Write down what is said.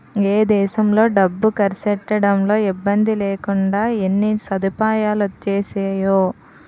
ఏ దేశంలో డబ్బు కర్సెట్టడంలో ఇబ్బందిలేకుండా ఎన్ని సదుపాయాలొచ్చేసేయో